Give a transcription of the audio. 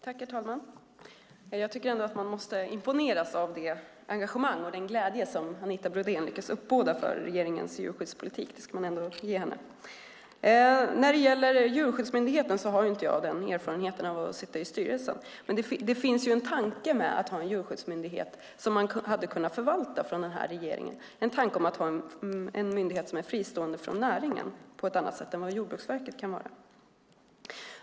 Herr talman! Jag tycker att man måste imponeras av det engagemang och den glädje som Anita Brodén lyckas uppbåda för regeringens djurskyddspolitik. Det ska man ändå ge henne! Jag har ingen erfarenhet av att sitta i styrelsen för Djurskyddsmyndigheten. Men det finns en tanke med att ha en djurskyddsmyndighet som regeringen hade kunnat förvalta - en tanke om att ha en myndighet som är fristående från näringen på ett annat sätt än vad Jordbruksverket kan vara.